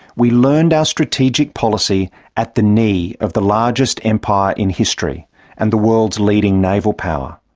we learned our strategic policy at the knee of the largest empire in history and the world's leading naval power.